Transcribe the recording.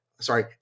sorry